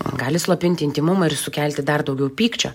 gali slopinti intymumą ir sukelti dar daugiau pykčio